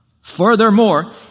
Furthermore